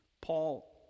paul